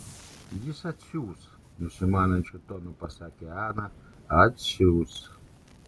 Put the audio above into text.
jis atsiųs nusimanančiu tonu pasakė ana atsiųs